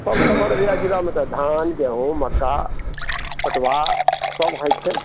सब अररिया जिलामे तऽ धान गेहूँ मकै पटवा सब होइ छै